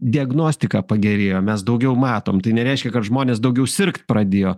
diagnostika pagerėjo mes daugiau matom tai nereiškia kad žmonės daugiau sirgt pradėjo